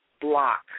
block